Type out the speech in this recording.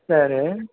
సరే